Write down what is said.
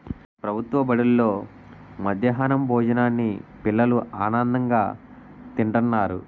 ప్రభుత్వ బడుల్లో మధ్యాహ్నం భోజనాన్ని పిల్లలు ఆనందంగా తింతన్నారు